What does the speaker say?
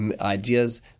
ideas